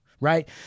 right